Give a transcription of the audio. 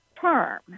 term